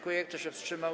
Kto się wstrzymał?